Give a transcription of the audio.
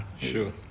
Sure